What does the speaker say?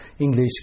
English